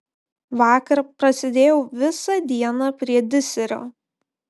vakar prasėdėjau visą dieną prie diserio